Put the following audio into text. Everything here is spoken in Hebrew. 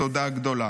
תודה גדולה.